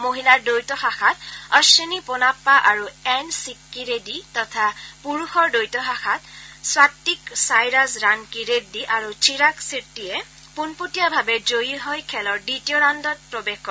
মহিলাৰ দ্বৈত শাখাত অধিনী পোনাপ্পা আৰু এন চিক্বি ৰেড্ডী তথা পুৰুষৰ দ্বৈত শাখাত স্বাত্বিক চাইৰাজ ৰাণকী ৰেড্ডী আৰু চিৰাগ চেট্টীয়ে পোনপটীয়াভাৱে জয়ী হৈ খেলৰ দ্বিতীয় ৰাউণ্ডত প্ৰৱেশ কৰে